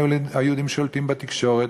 היהודים שולטים בתקשורת,